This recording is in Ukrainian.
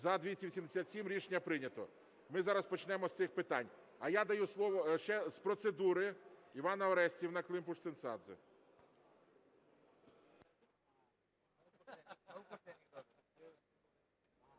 За-287 Рішення прийнято. Ми зараз почнемо з цих питань. А я даю слово ще з процедури. Івана Орестівна Климпуш-Цинцадзе.